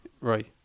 right